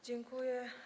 Dziękuję.